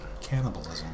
cannibalism